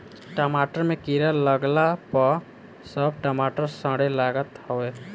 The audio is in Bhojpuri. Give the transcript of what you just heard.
टमाटर में कीड़ा लागला पअ सब टमाटर सड़े लागत हवे